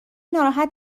ناراحت